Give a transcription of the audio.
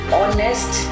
honest